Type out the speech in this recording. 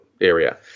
area